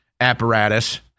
apparatus